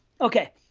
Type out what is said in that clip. okay